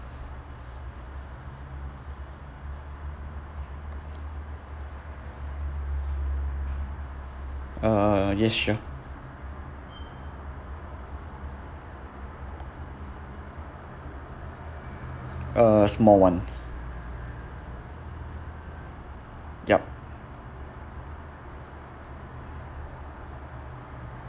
uh yes sure uh small [one] yup